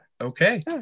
okay